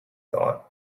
thought